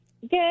Good